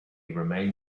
remained